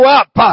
up